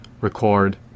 record